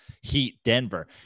Heat-Denver